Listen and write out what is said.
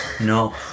No